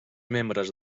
membres